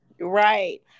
right